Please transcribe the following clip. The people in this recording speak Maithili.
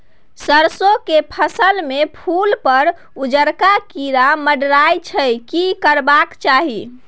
सरसो के फसल में फूल पर उजरका कीरा मंडराय छै की करबाक चाही?